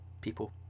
people